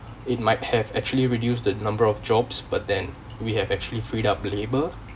it might have actually reduced the number of jobs but then we have actually freed up labor